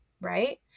right